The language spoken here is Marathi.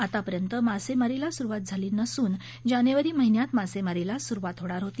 आतापर्यंत मासेमारीला सुरुवात झाली नसून जानेवारी महिन्यात मासेमारीला सुरुवात होणार होती